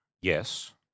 Yes